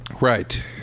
right